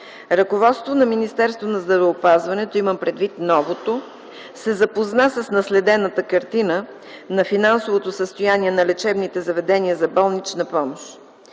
Ръководството на Министерството на здравеопазването, имам предвид новото, се запозна с наследената картина на финансовото състояние на лечебните заведения за болнична помощ.